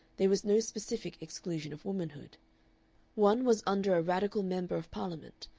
there was no specific exclusion of womanhood one was under a radical member of parliament,